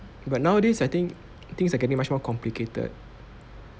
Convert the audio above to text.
but nowadays I think things are getting much more complicated